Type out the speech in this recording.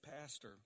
Pastor